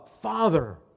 Father